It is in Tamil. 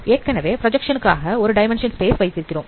ஏற்கனவே பிராஜக்சன் காக ஒரு டைமென்ஷன் ஸ்பேஸ் வைத்திருக்கிறோம்